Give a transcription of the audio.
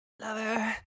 Lover